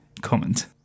comment